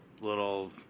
little